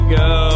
go